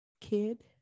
kid